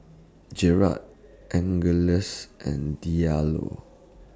Angeles and Diallo